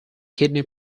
kidney